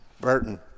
Burton